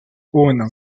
uno